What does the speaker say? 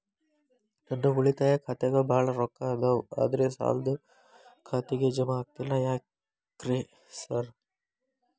ನನ್ ಉಳಿತಾಯ ಖಾತ್ಯಾಗ ಬಾಳ್ ರೊಕ್ಕಾ ಅದಾವ ಆದ್ರೆ ಸಾಲ್ದ ಖಾತೆಗೆ ಜಮಾ ಆಗ್ತಿಲ್ಲ ಯಾಕ್ರೇ ಸಾರ್?